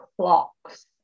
clocks